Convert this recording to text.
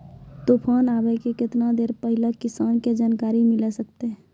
तूफान आबय के केतना देर पहिले किसान के जानकारी मिले सकते?